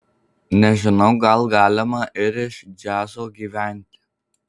nežinau gal galima ir iš džiazo gyventi